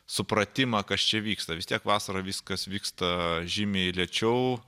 supratimą kas čia vyksta vis tiek vasarą viskas vyksta žymiai lėčiau